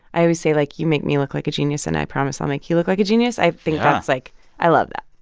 i always say, like, you make me look like a genius, and i promise i'll make you look like a genius. i think. yeah. that's like i love that